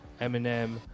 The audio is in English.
Eminem